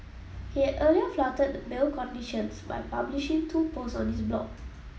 he had earlier flouted bail conditions by publishing two posts on his blog